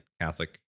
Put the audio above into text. catholic